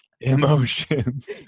Emotions